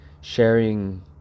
sharing